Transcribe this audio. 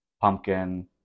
pumpkin